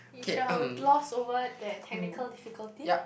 it shall gloss over that technical difficulty